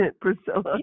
Priscilla